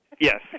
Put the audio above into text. Yes